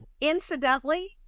incidentally